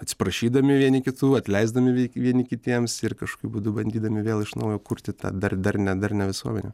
atsiprašydami vieni kitų atleisdami vieni vieni kitiems ir kažkokiu būdu bandydami vėl iš naujo kurti tą dar darnią darnią visuomenę